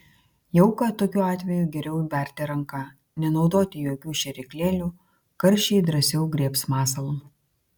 jauką tokiu atveju geriau berti ranka nenaudoti jokių šėryklėlių karšiai drąsiau griebs masalą